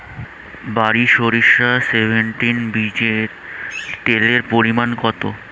বারি সরিষা সেভেনটিন বীজে তেলের পরিমাণ কত?